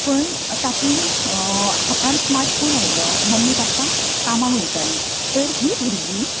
पण तातून हातान स्मार्ट फोन आयलो मम्मी पप्पा कामांक वयतालीं तर हीं भुरगीं